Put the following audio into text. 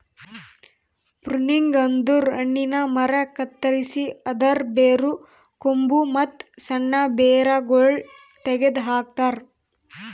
pruning ಅಂದುರ್ ಹಣ್ಣಿನ ಮರ ಕತ್ತರಸಿ ಅದರ್ ಬೇರು, ಕೊಂಬು, ಮತ್ತ್ ಸಣ್ಣ ಬೇರಗೊಳ್ ತೆಗೆದ ಹಾಕ್ತಾರ್